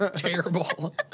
terrible